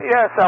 Yes